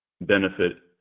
benefit